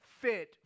fit